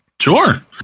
Sure